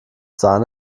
sahne